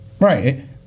Right